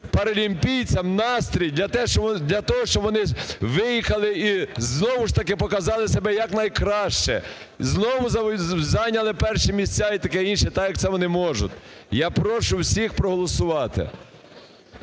паралімпійцям настрій для того, щоб вони виїхали і знову ж таки показали себе якнайкраще. Знову зайняли перші місця і таке інше, так як це вони можуть. Я прошу всіх проголосувати.